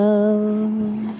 Love